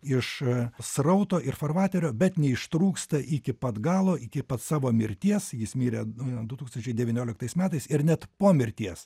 iš srauto ir farvaterio bet neištrūksta iki pat galo iki pat savo mirties jis mirė du tūkstančiai devynioliktais metais ir net po mirties